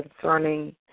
concerning